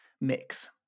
mix